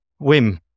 Wim